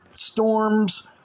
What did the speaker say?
Storms